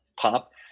pop